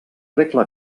regla